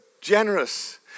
generous